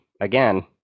again